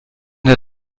der